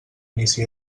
inici